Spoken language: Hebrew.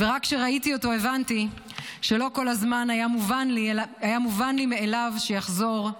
ורק כשראיתי אותו הבנתי שלא כל הזמן היה מובן לי מאליו שיחזור.